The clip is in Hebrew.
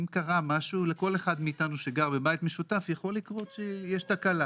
כל אחד מאיתנו שגר בבית משותף יודע שיכולה לקרות תקלה.